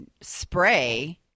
spray